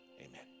Amen